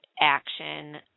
action